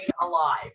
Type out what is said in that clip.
alive